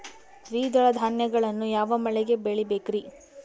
ದ್ವಿದಳ ಧಾನ್ಯಗಳನ್ನು ಯಾವ ಮಳೆಗೆ ಬೆಳಿಬೇಕ್ರಿ?